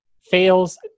fails